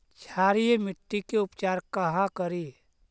क्षारीय मिट्टी के उपचार कहा करी?